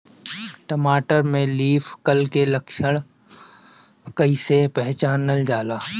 टमाटर में leaf curl के लक्षण कइसे पहचानल जाला?